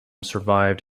survived